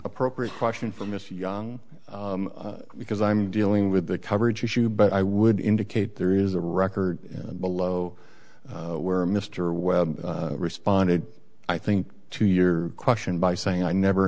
appropriate question for mr young because i'm dealing with the coverage issue but i would indicate there is a record below where mr webb responded i think to your question by saying i never